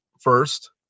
first